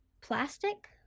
plastic